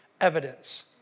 evidence